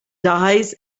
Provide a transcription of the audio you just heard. dyes